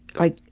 like,